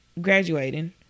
graduating